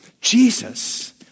Jesus